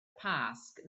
pasg